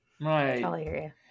right